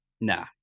Nah